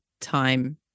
time